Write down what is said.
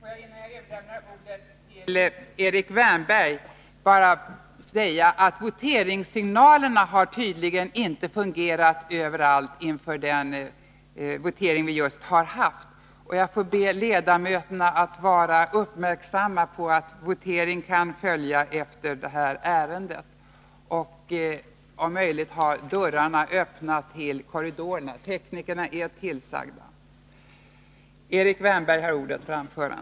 Får jag, innan jag överlämnar ordet till Erik Wärnberg, meddela att voteringssignalerna inför den votering som vi just har haft tydligen inte har fungerat överallt i huset. Jag får därför be ledamöterna att vara uppmärksamma på att en ny votering kan följa efter det här ärendet. Teknikerna är vidtalade, och jag ber ledamöterna att om möjligt hålla dörrarna till sina rum öppna mot korridoren.